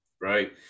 Right